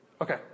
Okay